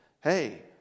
Hey